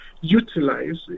utilize